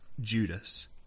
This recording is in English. Judas